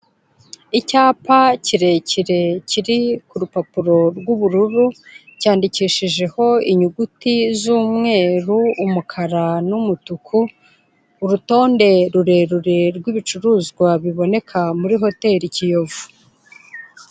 Icyapa kirekire kiri ku rupapuro rw'ubururu, cyandikishijeho inyuguti z'umweru, umukara, n'umutuku, urutonde rurerure rw'ibicuruzwa biboneka muri hoteli Kiyovu.